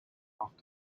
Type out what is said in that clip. after